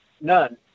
None